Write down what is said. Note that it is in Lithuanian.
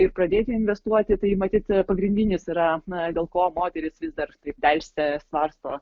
ir pradėti investuoti tai matyt pagrindinis yra na dėl ko moterys vis dar delsia svarsto